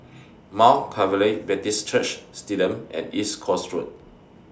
Mount Calvary Baptist Church Stadium and East Coast Road